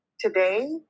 Today